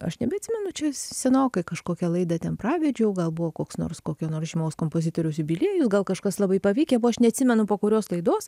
aš nebeatsimenu čia senokai kažkokią laidą ten pravedžiau gal buvo koks nors kokio nors žymaus kompozitoriaus jubiliejus gal kažkas labai pavykę buvo aš neatsimenu po kurios laidos